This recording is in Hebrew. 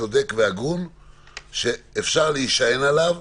צודק והגון שאפשר להישען עליו,